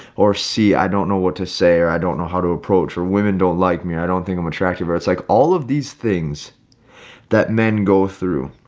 or see, i don't know what to say, or i don't know how to approach or women don't like me, i don't think i'm attractive, or it's like all of these things that men go through.